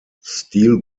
steel